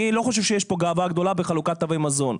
אני לא חושב שיש פה גאווה גדולה בחלוקת תווי מזון,